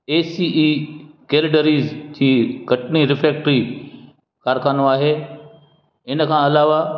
ए C E कैरीटरीज़ जी Katni refractory कारख़ानो आहे हिन खां अलावा